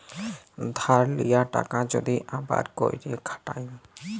ধার লিয়া টাকা যদি আবার ক্যইরে খাটায়